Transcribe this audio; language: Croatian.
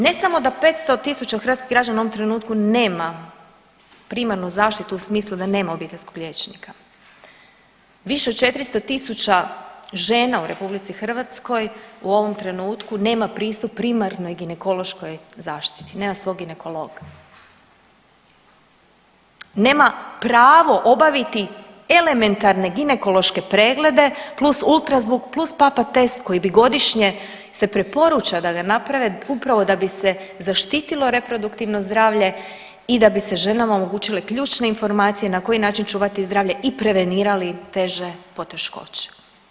Ne samo da 500 tisuća hrvatskih građana u ovom trenutku nema primarnu zaštitu u smislu da nema obiteljskog liječnika, više od 400 tisuća žena u RH u ovom trenutku nema pristup primarnoj ginekološkoj zaštiti, nema svog ginekologa, nema pravo obaviti elementarne ginekološke preglede plus ultrazvuk plus papa test koji bi godišnje se preporuča da ga naprave upravo da bi se zaštitilo reproduktivno zdravlje i da bi se ženama omogućile ključne informacije na koji način čuvati zdravlje i prevenirali teže poteškoće.